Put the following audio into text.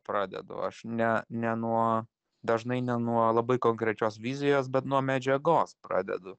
pradedu aš ne ne nuo dažnai ne nuo labai konkrečios vizijos bet nuo medžiagos pradedu